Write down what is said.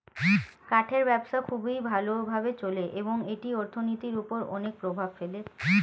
কাঠের ব্যবসা খুবই ভালো ভাবে চলে এবং এটি অর্থনীতির উপর অনেক প্রভাব ফেলে